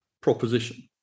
proposition